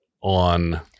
on